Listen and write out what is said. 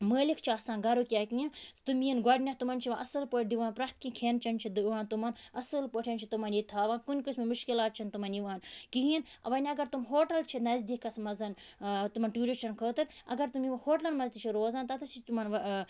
مٲلِک چھِ آسان گَرُک یا کینٛہہ تِم یِنۍ گۄڈنٮ۪تھ تِمَن چھِ یِوان اَصٕل پٲٹھۍ دِوان پرٛٮ۪تھ کینٛہہ کھٮ۪ن چٮ۪ن چھِ دِوان تِمَن اَصٕل پٲٹھۍ چھِ تٕمَن ییٚتہِ تھاوان کُنہِ قٕسمٕچ مُشکلات چھَنہٕ تِمَن یِوان کِہیٖنۍ وۄنۍ اگر تِم ہوٹَل چھِ نزدیٖکَس منٛز تِمَن ٹیوٗرِسٹَن خٲطرٕ اگر تِم یِمَن ہوٹَلَن منٛز تہِ چھِ روزان تَتَس چھِ تِمَن وَ